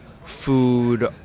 food